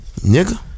Nigga